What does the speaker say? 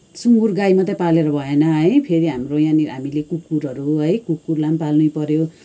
सुँगुर गाई मात्रै पालेर भएन है फेरि हाम्रो यहाँनिर हामीले कुकुरहरू है कुकुरलाई पनि पाल्नैपर्यो